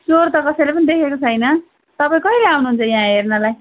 चोर त कसैले पनि देखेको छैन तपाईँ कहिले आउनु हुन्छ यहाँ हेर्नलाई